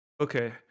Okay